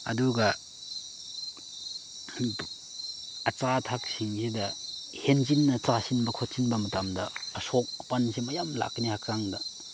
ꯑꯗꯨꯒ ꯑꯆꯥ ꯑꯊꯛꯁꯤꯡꯁꯤꯗ ꯍꯦꯟꯖꯤꯟꯅ ꯆꯥꯁꯤꯟꯕ ꯈꯣꯠꯆꯤꯟꯕ ꯃꯇꯝꯗ ꯑꯁꯣꯛ ꯑꯄꯟꯁꯤ ꯃꯌꯥꯝ ꯂꯥꯛꯀꯅꯤ ꯍꯛꯆꯥꯡꯗ